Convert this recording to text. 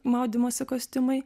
maudymosi kostiumai